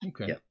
Okay